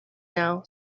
now